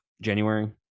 January